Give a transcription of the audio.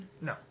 No